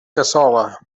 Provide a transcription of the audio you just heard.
cassola